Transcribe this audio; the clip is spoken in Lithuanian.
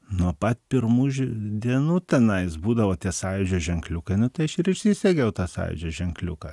nuo pat pirmų dienų tenais būdavo tie sąjūdžio ženkliukai nu tai aš ir išsisegiau tą sąjūdžio ženkliuką